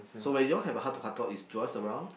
so when you all have a heart to heart talk is Joyce around